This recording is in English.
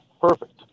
perfect